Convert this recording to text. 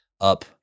up